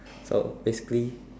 so basically